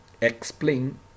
explain